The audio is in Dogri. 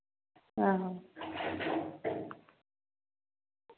आहो